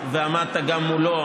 ועמדת גם מולו,